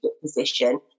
position